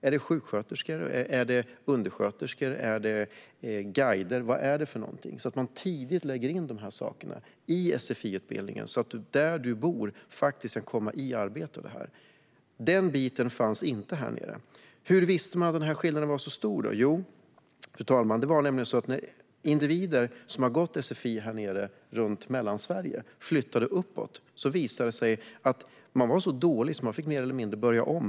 Är det sjuksköterskor, undersköterskor eller guider som behövs? Man gör detta för att människor ska komma i arbete där de bor. Denna del finns inte här nere. Hur visste man att denna skillnad var så stor? När individer som har gått sfi här nere i Mellansverige flyttade uppåt i landet visade det sig att de var så dåliga att de mer eller mindre fick börja om.